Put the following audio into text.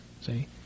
see